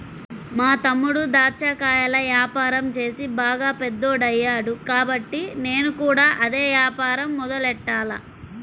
మా తమ్ముడు దాచ్చా కాయల యాపారం చేసి బాగా పెద్దోడయ్యాడు కాబట్టి నేను కూడా అదే యాపారం మొదలెట్టాల